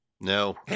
No